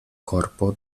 corpo